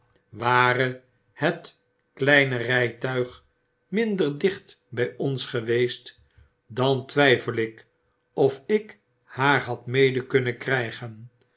ware het kleine rytuig minder dicht bij ons feweest dan twyfel ik of ik haar had mede unnen krygen